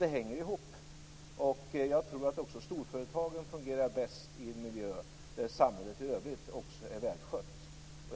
Detta hänger ihop, och jag tror att också storföretagen fungerar bäst i en miljö där samhället i övrigt är välskött.